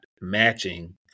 matching